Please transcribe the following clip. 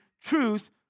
truth